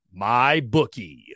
MyBookie